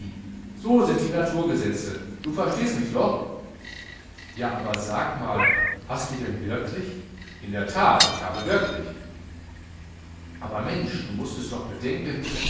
so sind die naturgesetze du verstehst mich doch ja aber sag mal hast du denn wirklich in der that ich habe wirklich aber mensch du mußtest doch bedenken